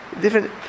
Different